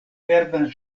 verdan